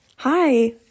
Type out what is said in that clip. Hi